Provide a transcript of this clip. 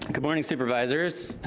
good morning supervisors,